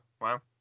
Wow